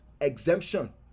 Exemption